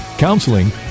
counseling